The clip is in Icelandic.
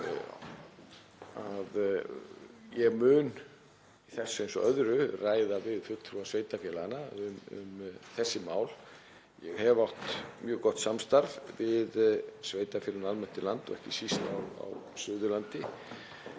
ég mun í þessu eins og öðru ræða við fulltrúa sveitarfélaganna um þessi mál. Ég hef átt mjög gott samstarf við sveitarfélögin almennt um landið og ekki síst á Suðurlandi